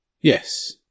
Yes